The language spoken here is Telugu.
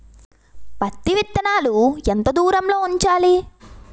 పత్తి విత్తనాలు ఎంత దూరంలో ఉంచాలి?